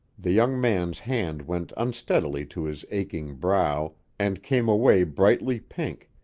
the young man's hand went unsteadily to his aching brow and came away brightly pink,